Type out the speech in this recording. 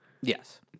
Yes